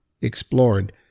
explored